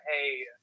hey